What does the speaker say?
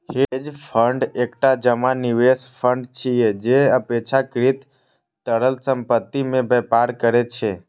hedge fund एकटा जमा निवेश फंड छियै, जे अपेक्षाकृत तरल संपत्ति मे व्यापार करै छै